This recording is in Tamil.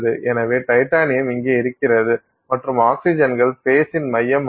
எனவே டைட்டானியம் இங்கே இருக்கிறது மற்றும் ஆக்ஸிஜன்கள் ஃபேஸ் இன் மையமாகும்